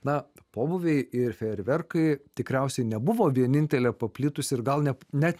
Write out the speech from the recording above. na pobūviai ir fejerverkai tikriausiai nebuvo vienintelė paplitusi ir gal net net